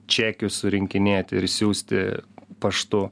čekių surinkinėti ir siųsti paštu